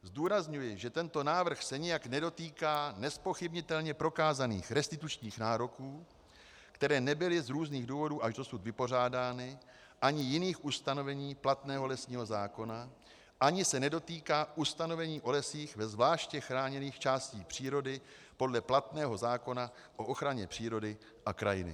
Zdůrazňuji, že tento návrh se nijak nedotýká nezpochybnitelně prokázaných restitučních nároků, které nebyly z různých důvodů až dosud vypořádány, ani jiných ustanovení platného lesního zákona ani se nedotýká ustanovení o lesích ve zvláště chráněných částí přírody podle platného zákona o ochraně přírody a krajiny.